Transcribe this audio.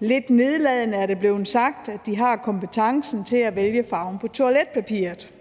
lidt nedladende er det blevet sagt, at de har kompetencen til at vælge farven på toiletpapiret.